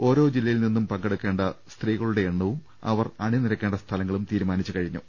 ഓരോ ജില്ലയിൽ നിന്നും പങ്കെ ടുക്കേണ്ട സ്ത്രീകളുടെ എണ്ണവും അവർ അണിനിരക്കേണ്ട സ്ഥല ങ്ങളും തീരുമാനിച്ചു കഴിഞ്ഞു